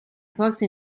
forse